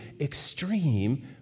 extreme